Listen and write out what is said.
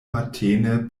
matene